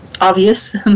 obvious